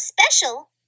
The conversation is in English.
special